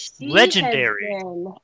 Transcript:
Legendary